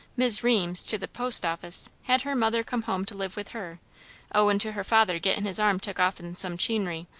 mis' reems, to the post office, had her mother come home to live with her owin' to her father gettin' his arm took off in some chinery,